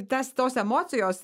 tas tos emocijos